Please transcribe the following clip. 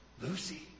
Lucy